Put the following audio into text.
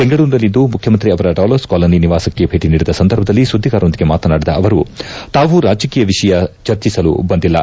ಬೆಂಗಳೂರಿನಲ್ಲಿಂದು ಮುಖ್ಯಮಂತ್ರಿ ಅವರ ಡಾಲರ್ತ್ ಕಾಲನಿ ನಿವಾಸಕ್ಕೆ ಭೇಟಿ ನೀಡಿದ ಸಂದರ್ಭದಲ್ಲಿ ಸುಧ್ನಿಗಾರರೊಂದಿಗೆ ಮಾತನಾಡಿದ ಅವರು ತಾವು ರಾಜಕೀಯ ವಿಷಯ ಚರ್ಚಿಸಲು ಬಂದಿಲ್ಲ